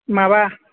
माबा